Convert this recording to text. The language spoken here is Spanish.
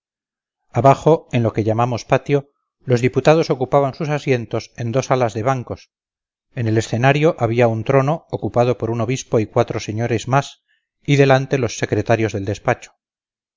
abajo en lo que llamamos patio los diputados ocupaban sus asientos en dos alas de bancos en el escenario había un trono ocupado por un obispo y cuatro señores más y delante los secretarios del despacho